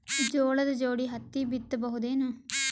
ಜೋಳದ ಜೋಡಿ ಹತ್ತಿ ಬಿತ್ತ ಬಹುದೇನು?